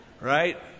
right